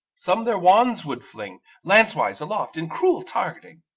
some their wands would fling lance-wise aloft, in cruel targeting.